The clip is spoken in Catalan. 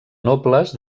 nobles